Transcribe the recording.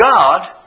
God